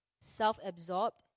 self-absorbed